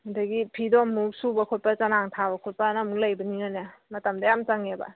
ꯑꯗꯒꯤ ꯐꯤꯗꯣ ꯑꯃꯨꯛ ꯁꯨꯕ ꯈꯣꯠꯄ ꯆꯅꯥꯡ ꯊꯥꯕ ꯈꯣꯠꯄꯅ ꯑꯃꯨꯛ ꯂꯩꯕꯅꯤꯅꯅꯦ ꯃꯇꯝꯗꯣ ꯌꯥꯝ ꯆꯪꯉꯦꯕ